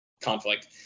conflict